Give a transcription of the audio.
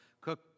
cook